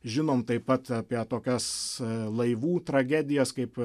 žinom taip pat apie tokias laivų tragedijas kaip